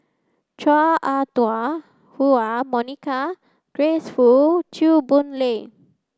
Chua Ah Huwa Monica Grace Fu Chew Boon Lay